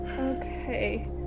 Okay